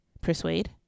persuade